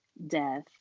Death